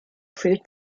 proved